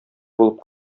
булып